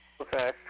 Okay